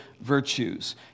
virtues